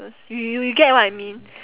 ~es you you get what I mean